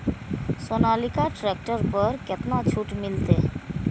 Sonalika tractor पर केतना छूट मिलते?